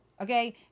Okay